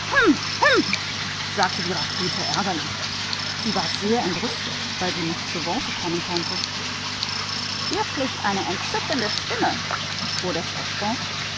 sagte die rakete geärgert sie ärgerte sich schrecklich daß sie kein wort dazwischenreden konnte eine köstliche stimme fuhr der frosch fort